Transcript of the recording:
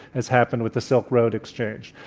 as happened with the silk road exchange.